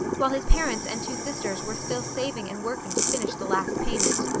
while his parents and two sisters were still saving and working to finish the last payment.